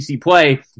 play